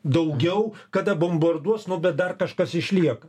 daugiau kada bombarduos nu bet dar kažkas išlieka